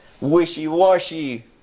wishy-washy